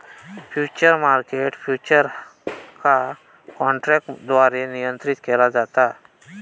futures market futures का काँट्रॅकद्वारे नियंत्रीत केला जाता